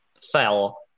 fell